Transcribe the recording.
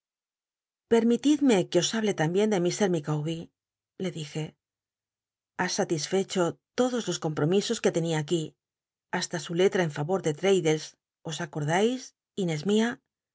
t ue os hable la mbien de mr micawber le dije ha satisfecho todos los compromisos que ten ia aquí hasta su letra en favor de fraddles os acordais inés mia